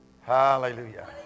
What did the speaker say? Hallelujah